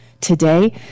Today